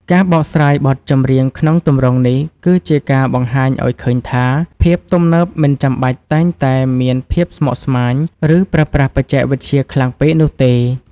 ការបកស្រាយបទចម្រៀងក្នុងទម្រង់នេះ គឺជាការបង្ហាញឱ្យឃើញថា ភាពទំនើបមិនចាំបាច់តែងតែមានភាពស្មុគស្មាញ ឬប្រើប្រាស់បច្ចេកវិទ្យាខ្លាំងពេកនោះទេ។